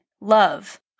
love